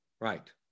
Right